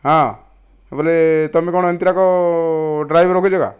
ହଁ ବୋଲେ ତୁମେ କ'ଣ ଏମିତି ଲୋକ ଡ୍ରାଇଭର ରଖିଛ ଗା